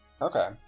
Okay